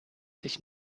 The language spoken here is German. sich